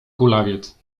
kulawiec